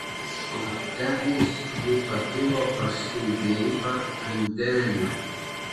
laipteliais ji pakilo paskui geibą ant denio